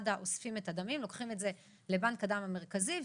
מד"א אוספים את הדמים ולוקחים לדם הבנק המרכזי,